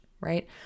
right